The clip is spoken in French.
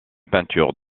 peinture